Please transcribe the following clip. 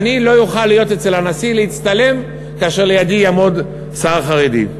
אני לא אוכל להיות אצל הנשיא ולהצטלם כאשר לידי יעמוד שר חרדי.